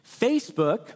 Facebook